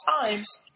times